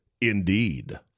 Indeed